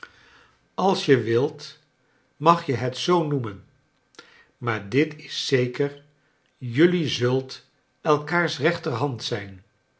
als je wilt mag je het zoo noeinen maar dit is zeker jullie zult elkaars reenter hand zijn